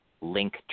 link